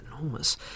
enormous